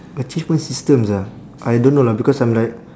achievement systems ah I don't know lah because I'm like